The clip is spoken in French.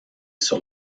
sur